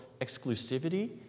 exclusivity